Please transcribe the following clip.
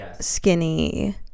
Skinny